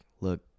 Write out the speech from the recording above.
Look